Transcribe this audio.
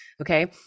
Okay